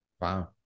wow